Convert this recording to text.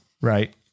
right